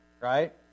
right